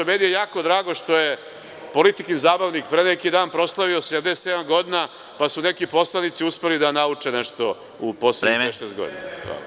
Meni je jako drago što je „Politikin zabavnik“ pre neki dan proslavio 77 godina, pa su neki poslanici uspeli da nauče nešto u poslednjih pet-šest godina.